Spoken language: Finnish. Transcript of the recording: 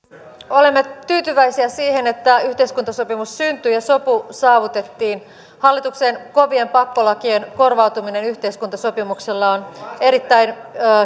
olemme tyytyväisiä siihen että yhteiskuntasopimus syntyi ja sopu saavutettiin hallituksen kovien pakkolakien korvautuminen yhteiskuntasopimuksella on erittäin